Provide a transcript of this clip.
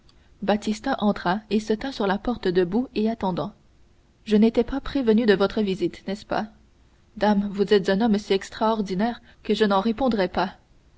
baptistin entra et se tint sur la porte debout et attendant je n'étais pas prévenu de votre visite n'est-ce pas dame vous êtes un homme si extraordinaire que je n'en répondrais pas